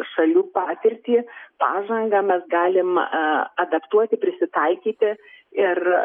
šalių patirtį pažangą mes galim a adaptuoti prisitaikyti ir